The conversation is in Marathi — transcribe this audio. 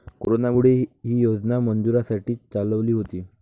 कोरोनामुळे, ही योजना मजुरांसाठी चालवली होती